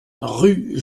rue